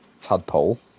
tadpole